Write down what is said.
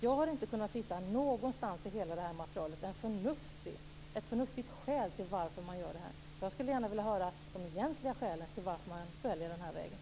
Jag har inte någonstans i hela det här materialet kunnat hitta ett förnuftigt skäl till varför man gör detta. Jag skulle gärna vilja höra de egentligen skälen till varför man väljer den här vägen.